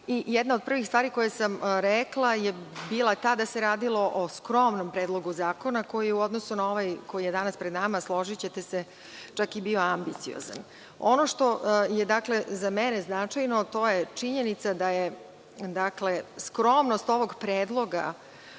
Jedna od prvih stvari koje sam rekla je bila ta da se radilo o skromnom Predlogu zakona, koji je u odnosu na ovaj, koji je danas pred nama, složićete se čak i bio ambiciozan. Ono što je, dakle, za mene značajno, to je činjenica da je skromnost ovog predloga